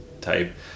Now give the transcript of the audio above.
type